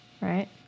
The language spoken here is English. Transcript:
Right